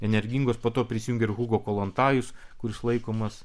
energingos po to prisijungė ir hugo kolontajus kuris laikomas